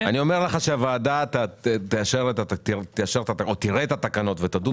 אני אומר לך שהוועדה תראה את התקנות ותדון